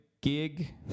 gig